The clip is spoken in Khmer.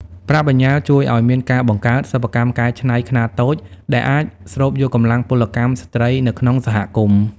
ប្រាក់បញ្ញើជួយឱ្យមានការបង្កើត "សិប្បកម្មកែច្នៃខ្នាតតូច" ដែលអាចស្រូបយកកម្លាំងពលកម្មស្ត្រីនៅក្នុងសហគមន៍។